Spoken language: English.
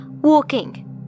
walking